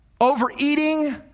overeating